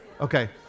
Okay